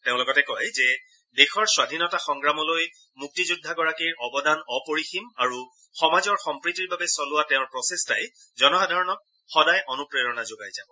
তেওঁ লগতে কয় যে দেশৰ স্বাধীনতা সংগ্ৰামলৈ তেওঁৰ অৱদান অপৰিসীম আৰু সমাজৰ সম্প্ৰীতিৰ বাবে চলোৱা তেওঁৰ প্ৰচেষ্টাই জনসাধাৰণক সদা অনুপ্ৰেৰণা যোগাই যাব